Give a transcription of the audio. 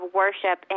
worship